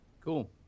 cool